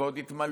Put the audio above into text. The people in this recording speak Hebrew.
ועוד יתמלאו.